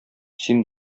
син